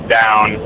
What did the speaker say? down